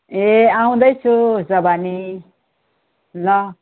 ए आउँदैछु उसो भने ल